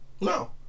No